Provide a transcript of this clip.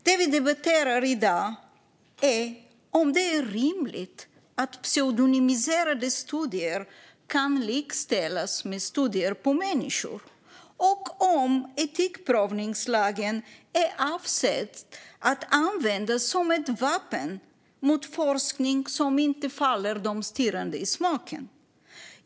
Det vi debatterar i dag är om det är rimligt att pseudonymiserade studier kan likställas med studier på människor och om etikprövningslagen är avsedd att användas som ett vapen mot forskning som inte faller de styrande i smaken.